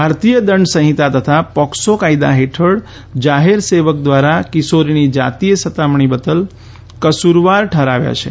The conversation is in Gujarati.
ભારતીય દંડ સંહિતા તથા પોક્સો કાયદા હેઠળ જાહેર સેવક દ્વારા કિશોરીની જાતીય સતામણી બદલ કસુરવાર ઠરાવ્યા છે